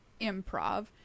improv